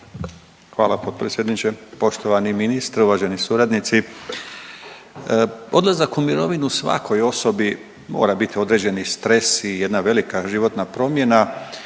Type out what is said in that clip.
Hvala potpredsjedniče. Poštovani ministre i uvaženi suradnici. Odlazak u mirovinu svakoj osobi mora bit određeni stres i jedna velika životna promjena